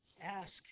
ask